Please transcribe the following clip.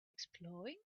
exploring